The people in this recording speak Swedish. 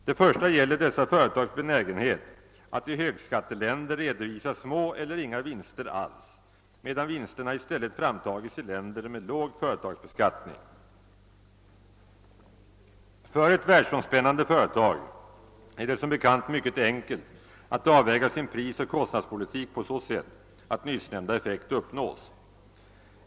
Den första gäller dessa företags benägenhet att i högskatteländer redovisa små eller inga vinster alls, medan vinsterna i stället framtages i länder med låg företagsbeskattning. För ett världsomspännande företag är det som bekant mycket enkelt att avväga sin prisoch kostnadspolitik på så sätt att nyssnämnda effekt uppnås.